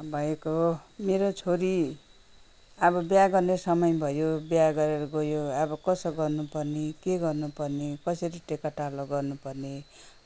भएको मेरो छोरी अब बिहा गर्ने समय भयो बिया गरेर गयो अब कसो गर्नुपर्ने के गर्नुपर्ने कसरी टेकाटालो गर्नुपर्ने